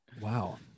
wow